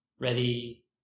ready